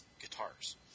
guitars